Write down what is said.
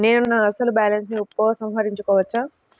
నేను నా అసలు బాలన్స్ ని ఉపసంహరించుకోవచ్చా?